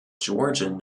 georgian